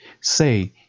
Say